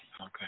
Okay